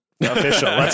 Official